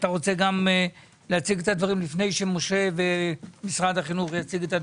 אתה רוצה להציג את הדברים לפני שמשרד החינוך יתייחס?